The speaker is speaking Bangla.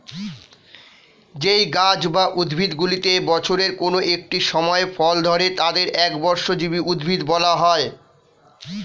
যেই গাছ বা উদ্ভিদগুলিতে বছরের কোন একটি সময় ফল ধরে তাদের একবর্ষজীবী উদ্ভিদ বলা হয়